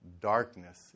darkness